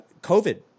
COVID